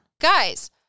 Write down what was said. Guys